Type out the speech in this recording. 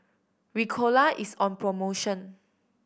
Ricola is on promotion